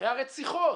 הרציחות